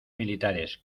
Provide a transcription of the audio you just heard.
militares